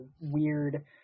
weird